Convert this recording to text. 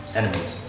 enemies